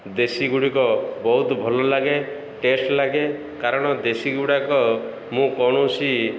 ଦେଶୀଗୁଡ଼ିକ ବହୁତ ଭଲଲାଗେ ଟେଷ୍ଟ ଲାଗେ କାରଣ ଦେଶୀ ଗୁଡ଼ାକ ମୁଁ କୌଣସି